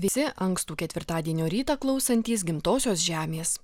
visi ankstų ketvirtadienio rytą klausantys gimtosios žemės